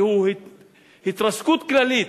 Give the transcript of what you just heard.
והיא התרסקות כללית,